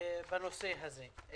בנושא הזה.